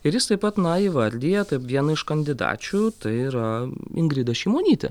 ir jis taip pat na įvardija kaip vieną iš kandidačių tai yra ingrida šimonytė